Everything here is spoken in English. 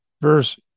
verse